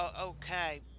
okay